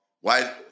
why-